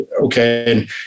okay